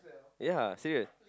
ya serious